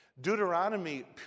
Deuteronomy